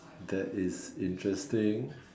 that is interesting